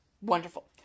wonderful